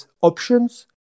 options